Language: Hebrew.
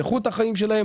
באיכות החיים שלהם